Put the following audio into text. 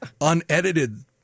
unedited